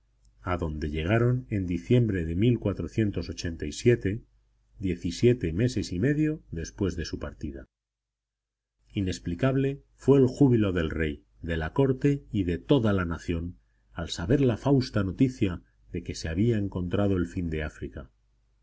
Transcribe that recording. a portugal adonde llegaron en diciembre de diecisiete meses y medio después de su partida inexplicable fue el júbilo del rey de la corte y de toda la nación al saber la fausta noticia de que se había encontrado el fin de áfrica